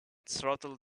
throttle